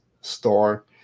store